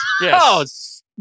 Yes